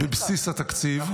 -- בבסיס התקציב.